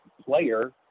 player